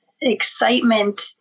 excitement